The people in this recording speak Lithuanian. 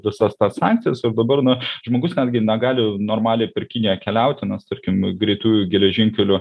visas tas sankcijas ir dabar na žmogus netgi negali normaliai per kiniją keliauti nes tarkim greitųjų geležinkelių